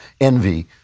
envy